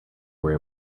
were